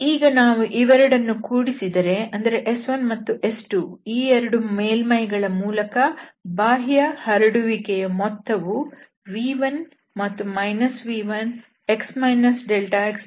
ಈಗ ನಾವು ಇವೆರಡನ್ನು ಕೂಡಿಸಿದರೆ ಅಂದರೆ S1 ಮತ್ತುS2 ಈ ಎರಡು ಮೇಲ್ಮೈಗಳ ಮೂಲಕ ಬಾಹ್ಯ ಹರಡುವಿಕೆಯ ಮೊತ್ತವು v1 ಮತ್ತು v1 x δx2ನಲ್ಲಿ